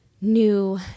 new